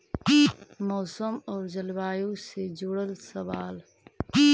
मौसम और जलवायु से जुड़ल सवाल?